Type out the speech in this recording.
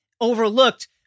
overlooked